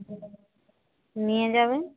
নিয়ে যাবে